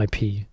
IP